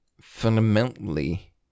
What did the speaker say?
Fundamentally